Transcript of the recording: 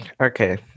Okay